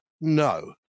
no